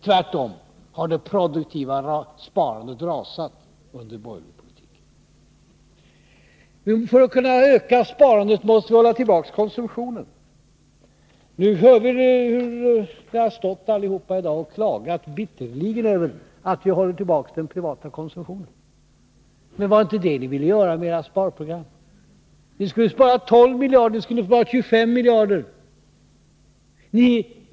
Tvärtom har det produktiva sparandet rasat under borgerlig politik. För att kunna öka sparandet måste vi hålla tillbaka konsumtionen. Ni har i dag allihop stått här och klagat bitterligen över att vi håller tillbaka den privata konsumtionen. Men var det inte det ni ville göra med era sparprogram? Ni skulle spara 12 miljarder, ni skulle spara 25 miljarder.